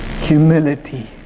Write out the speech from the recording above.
humility